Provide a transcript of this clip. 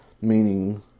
meaning